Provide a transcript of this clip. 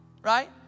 right